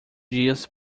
dias